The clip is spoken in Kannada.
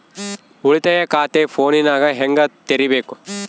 ಉಳಿತಾಯ ಖಾತೆ ಫೋನಿನಾಗ ಹೆಂಗ ತೆರಿಬೇಕು?